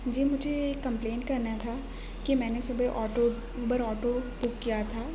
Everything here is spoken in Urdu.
جی مجھے ایک کمپلینٹ کرنا تھا کہ میں نے صبح آٹو اوبر آٹو بک کیا تھا